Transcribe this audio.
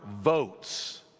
votes